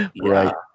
right